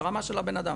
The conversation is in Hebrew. ברמה של בנאדם,